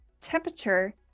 temperature